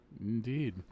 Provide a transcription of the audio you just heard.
Indeed